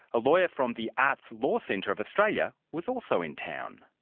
a lawyer from the arts law centre of australia was also in town.